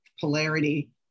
polarity